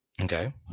Okay